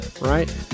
right